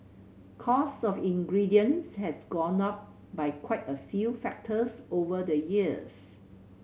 cost of ingredients has gone up by quite a few factors over the years